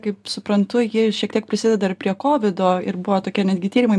kaip suprantu ji šiek tiek prisideda ir prie kovido ir buvo tokie netgi tyrimai